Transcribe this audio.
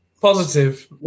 Positive